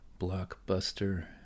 blockbuster